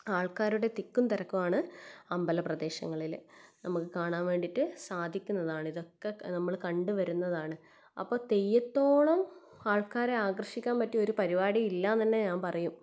ആൾക്കാരുടെ തിക്കും തിരക്കും ആണ് അമ്പലപ്രദേശങ്ങളില് നമ്മൾ കാണാൻ വേണ്ടിയിട്ട് സാധിക്കുന്നതാണിതൊക്കെ നമ്മള് കണ്ട് വരുന്നതാണ് അപ്പം തെയ്യത്തോളം ആൾക്കാരെ ആകർഷിക്കാൻ പറ്റിയ ഒര് പരിപാടി ഇല്ലാന്ന് തന്നെ ഞാൻ പറയും